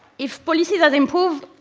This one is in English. if policy does improve,